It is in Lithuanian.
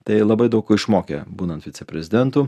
tai labai daug ko išmokė būnant viceprezidentu